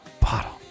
Bottle